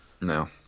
No